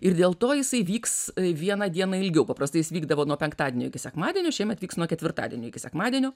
ir dėl to jisai vyks viena diena ilgiau paprastai jis vykdavo nuo penktadienio iki sekmadienio šiemet vyks nuo ketvirtadienio iki sekmadienio